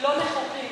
לא נכוחים.